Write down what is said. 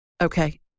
Okay